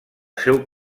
seu